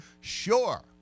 Sure